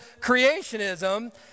creationism